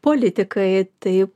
politikai taip